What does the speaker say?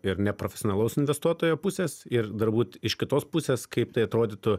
ir neprofesionalaus investuotojo pusės ir dar būt iš kitos pusės kaip tai atrodytų